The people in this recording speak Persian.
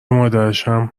مادرشم